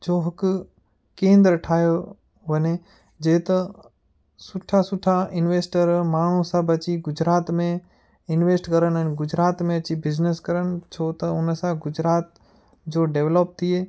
जो हिकु केंद्र ठाहियो वञे जे त सुठा सुठा इंवेस्टर माण्हू सभु अची गुजरात में इंवेस्ट करनि गुजरात में अची बिजनेस करनि छो त हुन सां गुजरात जो डेवलॉप थिये